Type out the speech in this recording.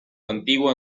antiguo